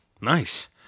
nice